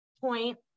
point